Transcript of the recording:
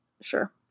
Sure